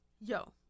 yo